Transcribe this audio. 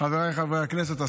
חבריי חברי הכנסת,